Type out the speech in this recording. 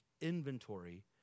inventory